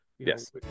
yes